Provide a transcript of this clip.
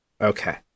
Okay